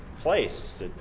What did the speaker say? place